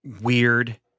weird